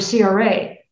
CRA